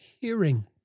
hearing